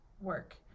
work